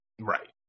Right